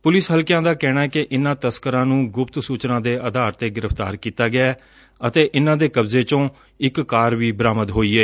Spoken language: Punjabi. ਪੁਲਿਸ ਹਲਕਿਆਂ ਦਾ ਕਹਿਣੈ ਕਿ ਇਨਾਂ ਤਸਕਰਾਂ ਨੂੰ ਗੁਪਤ ਸੁਚਨਾ ਦੇ ਆਧਾਰ ਤੇ ਗੁਫ਼ਤਾਰ ਕੀਤਾ ਗਿਐ ਅਤੇਂ ਇਨਾਂ ਦੇ ਕਬਜ਼ੇ ਚੋ ਇਕ ਕਾਰ ਵੀ ਬਰਾਮਦ ਹੋਈ ਏ